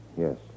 Yes